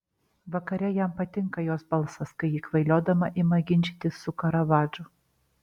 vakare jam patinka jos balsas kai ji kvailiodama ima ginčytis su karavadžu